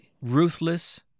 ruthless